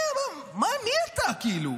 מי אתה, כאילו?